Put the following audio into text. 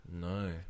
No